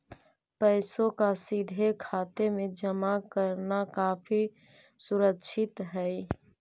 पैसों का सीधा खाते में जमा करना काफी सुरक्षित हई